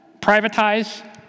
privatize